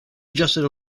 adjusted